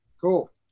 Cool